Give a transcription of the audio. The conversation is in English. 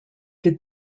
did